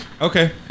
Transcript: Okay